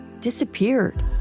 disappeared